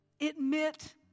Admit